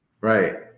Right